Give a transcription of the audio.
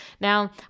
Now